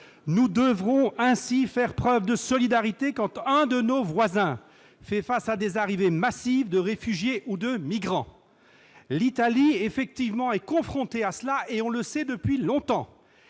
Nous devons ainsi faire preuve de solidarité quand un de nos voisins fait face à des arrivées massives de réfugiés ou de migrants. » Non ! L'Italie est confrontée à ce phénomène, et on le sait depuis longtemps.